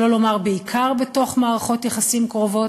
שלא לומר בעיקר בתוך מערכות יחסים קרובות,